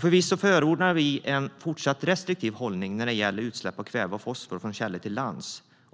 Förvisso förordar vi en fortsatt restriktiv hållning när det gäller utsläpp av kväve och fosfor från källor till lands.